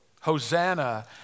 Hosanna